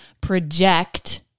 project